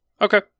Okay